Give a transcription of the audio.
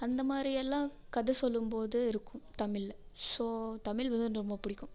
அந்த மாதிரி எல்லாம் கதை சொல்லும் போது இருக்கும் தமிழில் ஸோ தமிழ் வந்து எனக்கு ரொம்ப பிடிக்கும்